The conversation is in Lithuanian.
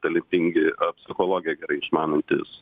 talentingi psichologiją gerai išmanantys